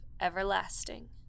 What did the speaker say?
everlasting